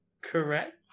Correct